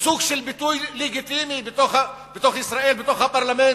לסוג של ביטוי לגיטימי בישראל, בפרלמנט.